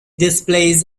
displays